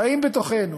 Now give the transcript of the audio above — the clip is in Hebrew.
חיים בתוכנו,